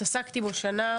התעסקתי בו שנה,